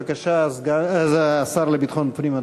בבקשה, השר לביטחון פנים.